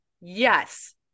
yes